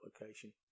location